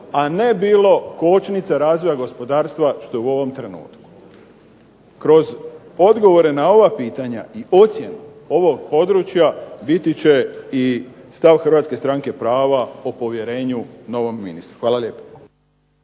a ne bilo kočnica razvoja gospodarstva što je u ovom trenutku. Kroz odgovore na ova pitanja i ocjene ovog područja biti će i stav Hrvatske stranke prava o povjerenju novom ministru. **Bebić,